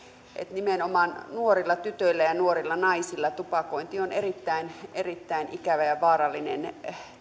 nimenomaan nuorilla tytöillä ja nuorilla naisilla tupakointi on erittäin erittäin ikävä ja vaarallinen